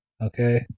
Okay